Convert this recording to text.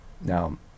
Now